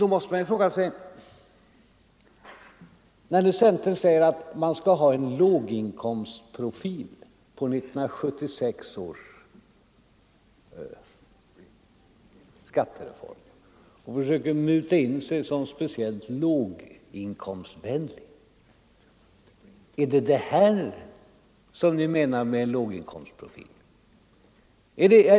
Man måste fråga sig: När nu centern säger att man skall ha en låginkomstprofil på 1976 års skattereform och försöker muta in sig som speciellt låginkomstvänlig, är det då det här ni menar med låginkomstprofil?